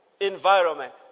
environment